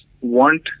want